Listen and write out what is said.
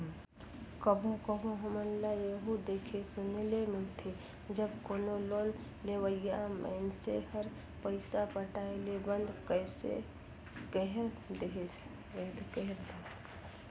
कभों कभों हमन ल एहु देखे सुने ले मिलथे जब कोनो लोन लेहोइया मइनसे हर पइसा पटाए ले बंद कइर देहिस